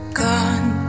gone